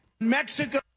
Mexico